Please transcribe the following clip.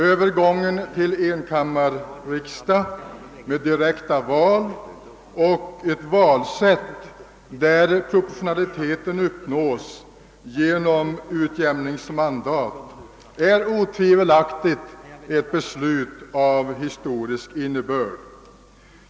Övergången till enkammarriksdag med direkta val och ett valsystem där proportionaliteten uppnås genom utjämningsmandat är otvivelaktigt av historisk innebörd.